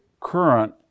current